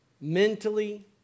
mentally